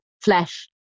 flesh